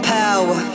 power